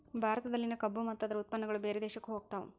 ಭಾರತದಲ್ಲಿನ ಕಬ್ಬು ಮತ್ತ ಅದ್ರ ಉತ್ಪನ್ನಗಳು ಬೇರೆ ದೇಶಕ್ಕು ಹೊಗತಾವ